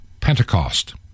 Pentecost